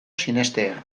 sinestea